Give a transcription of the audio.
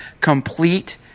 complete